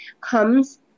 comes